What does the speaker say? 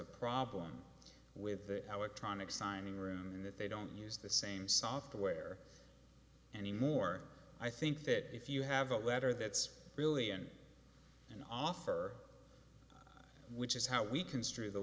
a problem with how it tronic signing room and that they don't use the same software anymore i think that if you have a letter that's really in an offer which is how we construe the